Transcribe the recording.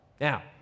now